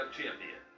Champion